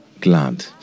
glad